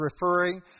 referring